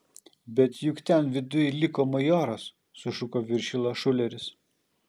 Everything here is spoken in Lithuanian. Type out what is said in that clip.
bet juk ten viduj liko majoras sušuko viršila šuleris